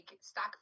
stock